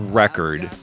record